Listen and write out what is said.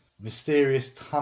mysterious